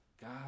God